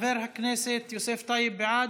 חבר הכנסת יוסף טייב, בעד,